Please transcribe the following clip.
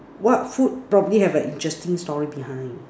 what food probably have an interesting story behind